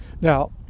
Now